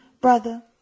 Brother